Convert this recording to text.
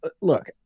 look